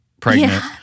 pregnant